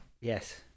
Yes